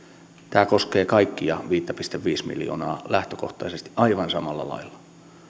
tämä koskee kaikkia viittä pilkku viittä miljoonaa lähtökohtaisesti aivan samalla lailla